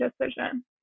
decision